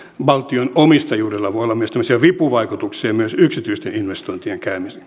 valtion omistajuudella voi olla tämmöisiä vipuvaikutuksia myös yksityisten investointien